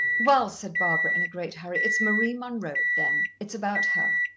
well, said barbara in a great hurry, it's marie munroe, then it's about her.